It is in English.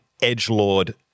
edgelord